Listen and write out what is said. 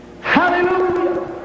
Hallelujah